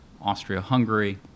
Austria-Hungary